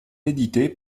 édité